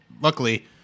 luckily